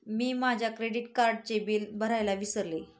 मी माझ्या क्रेडिट कार्डचे बिल भरायला विसरले